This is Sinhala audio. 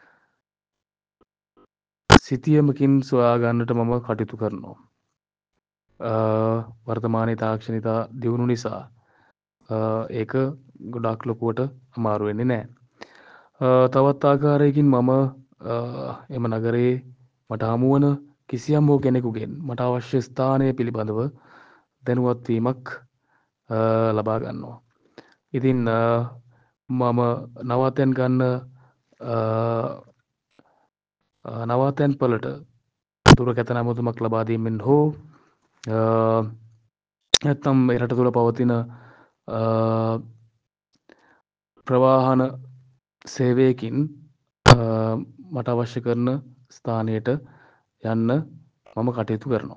සිතියමකින් සොයා ගන්නට මම කටයුතු කරනවා. වර්තමානයේ තාක්ෂණය ඉතා දියුණු නිසා ඒක ගොඩක් ලොකුවට අමාරු වෙන්නේ නෑ. තවත් ආකාරයකින් මම එම නඟරයේ මට හමුවන කිසයම් වූ කෙනෙකුගෙන් මට අවශ්‍ය ස්ථානය පිළිබඳව දැනුවත් වීමක් ලබා ගන්නවා. ඉතින් මම නවාතැන් ගන්න නවාතැන් පළට දුරකථන ඇමතුමක් ලබා දීමෙන් හෝ නැත්නම් මේ රට තුළ පවතින ප්‍රවාහන සේවයකින් මට අවශ්‍ය කරන ස්ථානයට යන්න මම කටයුතු කරනවා.